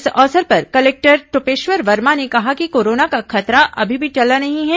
इस अवसर पर कलेक्टर टोपेश्वर वर्मा ने कहा कि कोरोना का खतरा अभी भी टला नहीं है